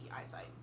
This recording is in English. eyesight